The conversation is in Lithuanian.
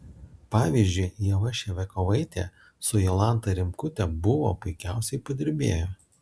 pavyzdžiui ieva ševiakovaitė su jolanta rimkute buvo puikiausiai padirbėjo